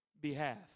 behalf